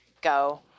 Go